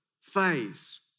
phase